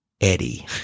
Eddie